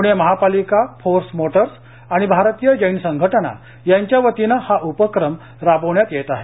प्णे महापालिका Force Motors आणि भारतीय जैन संघटना यांच्यावतीने हा उपक्रम राबवण्यात येत आहे